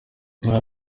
aha